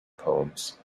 poems